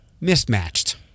mismatched